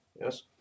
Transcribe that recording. yes